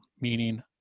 meaning